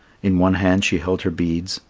in one hand she held her beads,